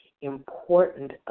Important